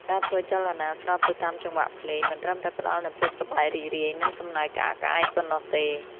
ការធ្វើចលនាស្របទៅតាមចង្វាក់ភ្លេង មិនត្រឹមតែផ្ដល់នូវភាពសប្បាយរីករាយ និងសំណើចក្អាកក្អាយប៉ុណ្ណោះទេ